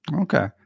Okay